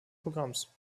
programms